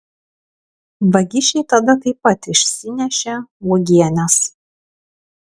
vagišiai tada taip pat išsinešė uogienes